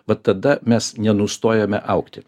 bet tada mes nenustojame augti